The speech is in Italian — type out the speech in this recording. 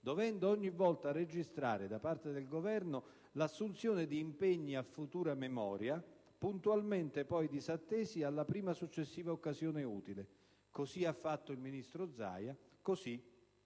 dovendo ogni volta registrare da parte del Governo l'assunzione di impegni a futura memoria, puntualmente disattesi alla prima successiva occasione utile. Così ha fatto il ministro Zaia; così